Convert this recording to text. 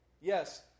Yes